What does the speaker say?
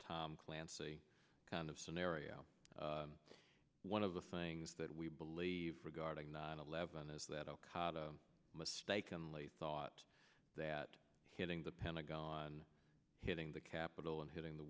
tom clancy kind of scenario one of the things that we believe regarding nine eleven is that ocado mistakenly thought that hitting the pentagon hitting the capitol and hitting the